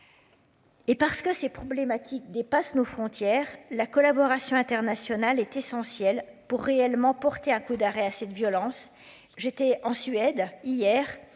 Et parce que c'est problématique dépasse nos frontières la collaboration internationale est essentielle pour réellement porter un coup d'arrêt assez de violence. J'étais en Suède hier